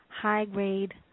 high-grade